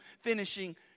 finishing